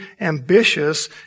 ambitious